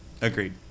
Agreed